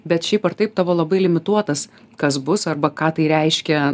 bet šiaip ar taip tavo labai limituotas kas bus arba ką tai reiškia